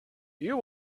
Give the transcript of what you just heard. you